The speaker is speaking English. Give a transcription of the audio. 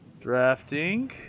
drafting